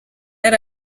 yari